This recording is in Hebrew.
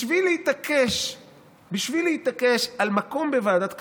בשביל להתעקש על מקום בוועדת כספים,